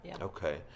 Okay